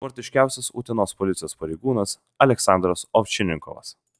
sportiškiausias utenos policijos pareigūnas aleksandras ovčinikovas